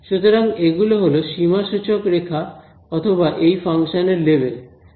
সুতরাং এগুলো হলো সীমা সূচক রেখা অথবা এই ফাংশনের লেভেল